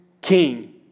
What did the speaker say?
King